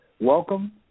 welcome